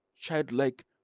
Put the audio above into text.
childlike